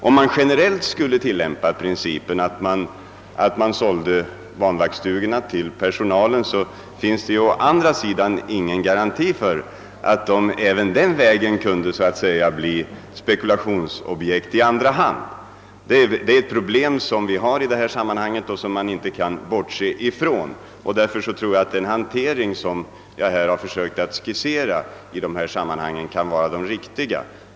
Om man generellt skulle tillämpa principen att banvaktsstugorna försåldes till personalen, finns det självfallet ingen garanti för att de inte även denna väg kunde bli spekulationsobjekt i andra hand. Detta är ett problem som man inte kan bortse från. Därför tror jag att den handläggning på detta område, som jag försökt att skissera, är den riktiga.